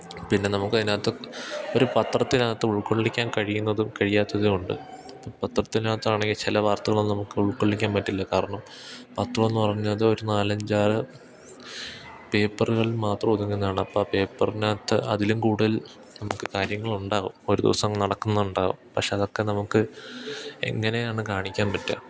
പിന്നെ നമുക്ക് അതിനകത്ത് ഒരു പത്രത്തിനകത്ത് ഉൾക്കൊള്ളിക്കാൻ കഴിയുന്നതും കഴിയാത്തതും ഉണ്ട് പത്രത്തിനകത്താണെങ്കില് ചില വാർത്തകളൊന്നും നമുക്കുൾക്കൊള്ളിക്കാൻ പറ്റില്ല കാരണം പത്രമെന്നു പറഞ്ഞാല് അതൊരു നാലഞ്ചാറ് പേപ്പറുകളില് മാത്രം ഒതുങ്ങുന്നതാണ് അപ്പോഴാ പേപ്പറിനകത്ത് അതിലും കൂടുതൽ നമുക്ക് കാര്യങ്ങളുണ്ടാവും ഒരു ദിവസം നടക്കുന്നുണ്ടാവും പക്ഷേ അതൊക്കെ നമുക്ക് എങ്ങനെയാണ് കാണിക്കാൻ പറ്റുക